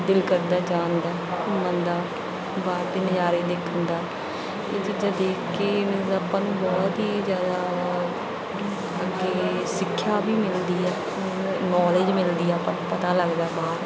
ਦਿਲ ਕਰਦਾ ਹੈ ਜਾਣ ਦਾ ਘੁੰਮਣ ਦਾ ਬਾਹਰ ਦੇ ਨਜ਼ਾਰੇ ਦੇਖਣ ਦਾ ਜਿੱਥੇ ਦੇਖ ਕੇ ਮੀਨਜ਼ ਆਪਾਂ ਨੂੰ ਬਹੁਤ ਹੀ ਜ਼ਿਆਦਾ ਉਹ ਅੱਗੇ ਸਿੱਖਿਆ ਵੀ ਮਿਲਦੀ ਹੈ ਨੌਲੇਜ ਮਿਲਦੀ ਆ ਪਤਾ ਲੱਗਦਾ ਬਾਹਰ